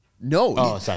No